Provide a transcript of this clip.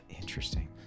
Interesting